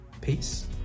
Peace